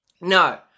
No